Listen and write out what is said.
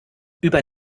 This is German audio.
über